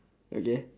okay